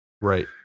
right